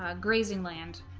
ah grazing land